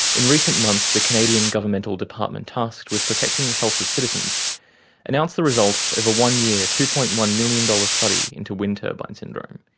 in recent months, the canadian governmental department tasked with protecting the health of citizens announced the results of a one year, two. one million dollar study into wind turbine syndrome.